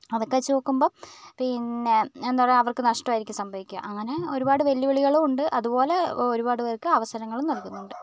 അതൊക്കെ വച്ചുനോക്കുമ്പോൾ പിന്നെ എന്താ പറയാ അവർക്ക് നഷ്ടമായിരിക്കും സംഭവിക്കുക അങ്ങനെ ഒരുപാട് വെല്ലുവിളികളും ഉണ്ട് അതുപോലെ ഒരുപാട് പേർക്ക് അവസരങ്ങളും നൽകുന്നുണ്ട്